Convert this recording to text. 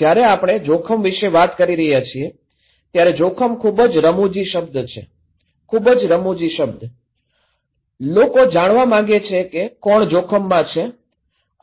જ્યારે આપણે જોખમ વિશે વાત કરી રહ્યા છીએ ત્યારે જોખમ ખૂબ જ રમુજી શબ્દ છે ખૂબ જ રમુજી શબ્દ છે લોકો જાણવા માગે છે કે કોણ જોખમમાં છે